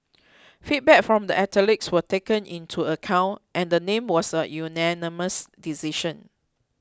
feedback from the athletes were taken into account and the name was a unanimous decision